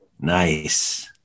Nice